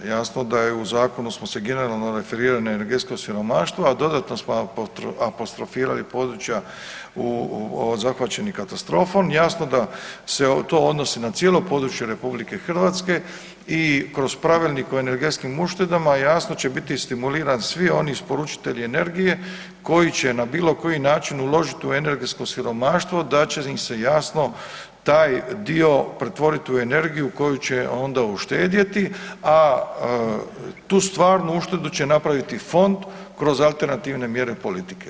Jasno da je u zakonu smo se generalno referirali na energetsko siromaštvo a dodatno smo apostrofirali područja zahvaćenim katastrofom, jasno da se to odnosi na cijelo područje RH i kroz pravilnik o energetskim uštedama, jasno će biti stimulirani svi oni isporučitelji energije koji će na bilokoji način uložiti u energetsko siromaštvo da će im se jasno taj dio pretvoriti u energiju koju će onda uštedjeti a tu stvarnu uštedu će napraviti fond kroz alternativne mjere politike.